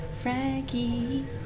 Frankie